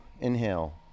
inhale